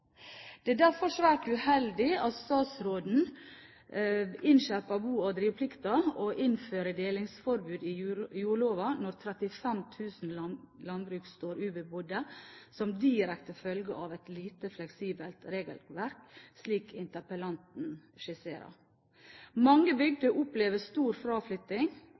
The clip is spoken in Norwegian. Det er derfor svært uheldig at statsråden innskjerper bo- og driveplikten og innfører delingsforbud i jordloven når 35 000 landbruk står ubebodd som direkte følge av et lite fleksibelt regelverk, slik interpellanten skisserer. Mange bygder opplever stor fraflytting,